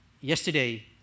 yesterday